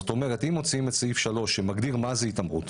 זאת אומרת אם מוציאים את סעיף 3 שמגדיר מהי התעמרות